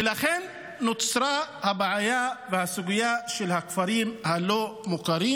ולכן נוצרה הבעיה והסוגיה של הכפרים הלא-מוכרים,